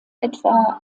etwa